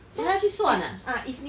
你还要去算 ah